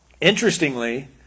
Interestingly